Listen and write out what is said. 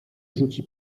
rzuci